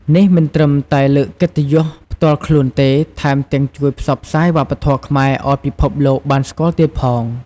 នេះមិនត្រឹមតែលើកកិត្តិយសផ្ទាល់ខ្លួនទេ ថែមទាំងជួយផ្សព្វផ្សាយវប្បធម៌ខ្មែរឱ្យពិភពលោកបានស្គាល់ទៀតផង។